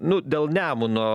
nu dėl nemuno